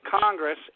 Congress